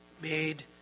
made